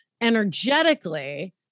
energetically